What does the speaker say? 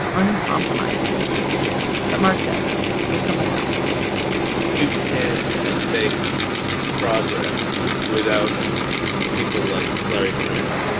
uncompromising but mark says there's something else you can't make progress without people like larry kramer